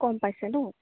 কম পাইছে ন